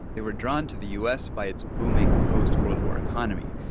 they were drawn to the u s. by its booming post-world war economy.